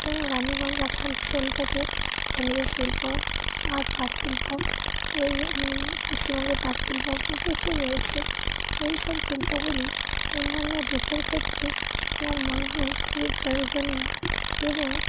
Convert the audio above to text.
যেমন রানিগঞ্জ আসানসোল থেকে খনিজ শিল্প আর পাট শিল্প এই পশ্চিমবঙ্গের পাট শিল্প প্রচুর রয়েছে এই সব শিল্পগুলি অন্যান্য দেশের ক্ষেত্রে আমার মনে হয় খুবই প্রয়োজনীয় এবং